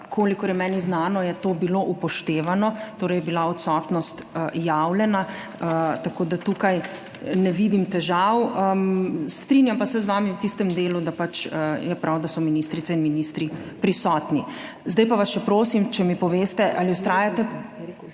Kolikor je meni znano, je to bilo upoštevano, torej je bila odsotnost javljena, tako da tukaj ne vidim težav. Strinjam pa se z vami v tistem delu, da je prav, da so ministrice in ministri prisotni. Zdaj pa vas še prosim, če mi poveste, ali vztrajate